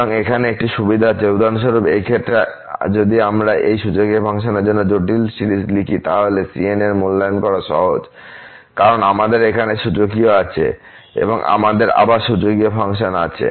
সুতরাং এখানে একটি সুবিধা আছে উদাহরণস্বরূপ এই ক্ষেত্রে যদি আমরা এই সূচকীয় ফাংশনের জন্য জটিল সিরিজ লিখি তাহলে cn এর মূল্যায়ন করা সহজ কারণ আমাদের এখানে সূচকীয় আছে এবং আমাদের আবার সূচকীয় ফাংশন আছে